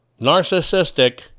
narcissistic